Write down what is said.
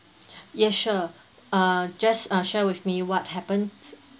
yes sure uh just uh share with me what happened